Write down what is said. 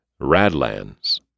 Radlands